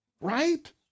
right